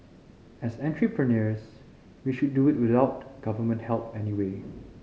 as entrepreneurs we should do it without Government help anyway